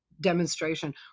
demonstration